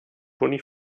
toni